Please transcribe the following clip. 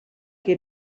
che